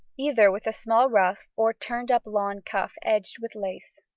either with a small ruff or turned-up lawn cuff, edged with lace.